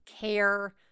care